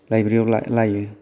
library याव लायो